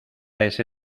ese